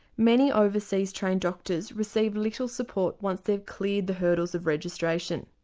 many overseas trained doctors receive little support once they've cleared the hurdles of registration.